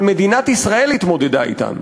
מדינת ישראל התמודדה אתן.